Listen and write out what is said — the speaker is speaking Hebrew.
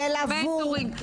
ילוו, יהיו מנטורים.